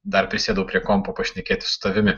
dar prisėdau prie kompo pašnekėti su tavimi